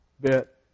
bit